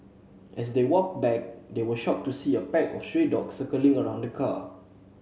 as they walked back they were shocked to see a pack of stray dogs circling around the car